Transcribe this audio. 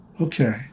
Okay